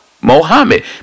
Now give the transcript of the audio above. Mohammed